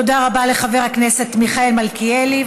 תודה רבה לחבר הכנסת מיכאל מלכיאלי.